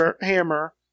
hammer